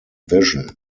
vision